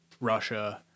Russia